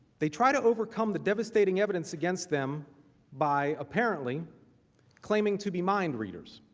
they tried to overcome the devastating evidence against them by apparently claiming to be mind readers.